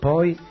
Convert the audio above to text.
Poi